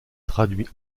traduit